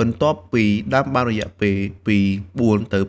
បន្ទាប់ពីដាំបានរយៈពេលពី៤ទៅ៥